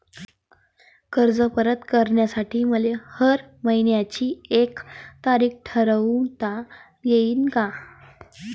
कर्ज परत करासाठी मले हर मइन्याची एक तारीख ठरुता येईन का?